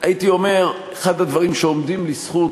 הייתי אומר, אחד הדברים שעומדים לזכות